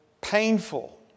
painful